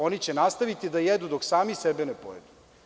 Oni će nastaviti da jedu dok sami sebe ne pojedu.